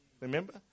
Remember